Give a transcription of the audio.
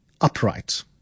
upright